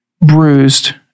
bruised